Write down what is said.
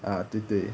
ah 对对